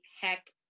heck